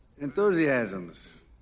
Enthusiasms